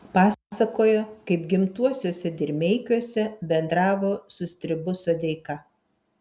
pasakojo kaip gimtuosiuose dirmeikiuose bendravo su stribu sodeika